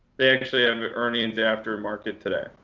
they actually have earnings after market today.